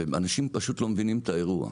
ואנשים פשוט לא מבינים את האירוע.